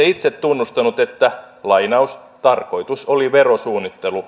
itse tunnustanut että tarkoitus oli verosuunnittelu